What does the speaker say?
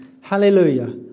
Hallelujah